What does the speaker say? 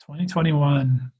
2021